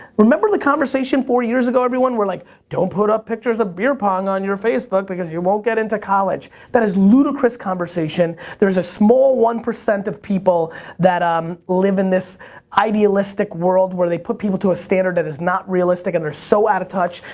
remember the conversation four years ago, everyone, where like, don't put up pictures of beer pong on your facebook, because you won't get into college? that is ludicrous conversation. there is a small one percent of people that um live in this idealistic world where they put people to a standard that is not realistic and they're so out of touch.